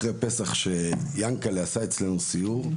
אחרי פסח שיענקל'ה עשה אצלנו סיור,